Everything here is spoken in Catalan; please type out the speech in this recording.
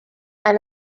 han